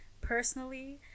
personally